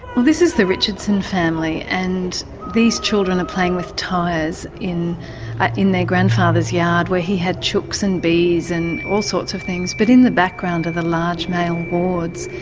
well this is the richardson family and these children are playing with tyres in ah in their grandfather's yard where he had chooks and bees and all sorts of things. but in the background are the large male wards.